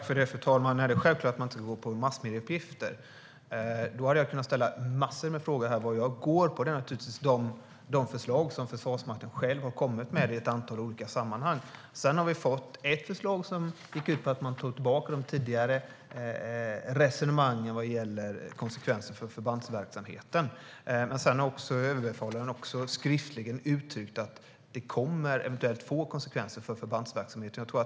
Fru talman! Det är självklart att man inte ska gå på massmedieuppgifter. Då hade jag kunnat ställa massor av frågor här. Vad jag går på är naturligtvis de förslag som Försvarsmakten själv har kommit med i ett antal olika sammanhang. Vi har fått ett förslag som gick ut på att man tog tillbaka de tidigare resonemangen vad gäller konsekvenser för förbandsverksamheten. Sedan har också Överbefälhavaren skriftligen uttryckt att det eventuellt kommer att få konsekvenser för förbandsverksamheten.